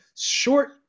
short